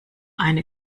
eine